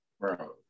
Bro